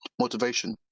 motivation